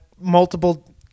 multiple